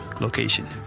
location